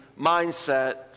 mindset